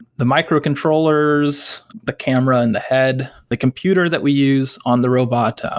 the microcontrollers, the camera in the head, the computer that we use on the robot. ah